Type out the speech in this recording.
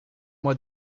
mois